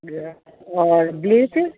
और ब्लीच